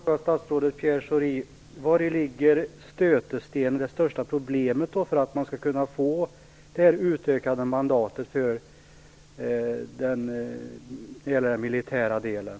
Herr talman! Jag vill ställa en fråga till statsrådet Pierre Schori. Vari ligger stötestenen - det största problemet - när det gäller det utökade mandatet för den militära delen?